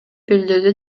билдирди